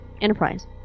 Enterprise